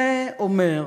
זה אומר: